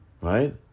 right